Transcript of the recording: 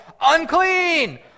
unclean